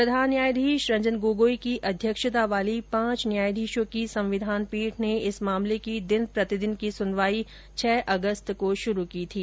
प्रधान न्यायाधीश रंजन गोगोई की अध्यक्षता वाली पांच न्यायाधीशों की संविधान पीठ ने इस मामले की दिन प्रतिदिन की सुनवाई छह अगस्त को शुरू की थी